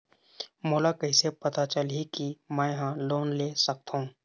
मोला कइसे पता चलही कि मैं ह लोन ले सकथों?